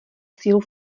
sílu